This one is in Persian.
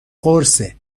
قرصه